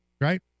Right